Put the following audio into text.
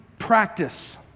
practice